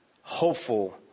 hopeful